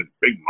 big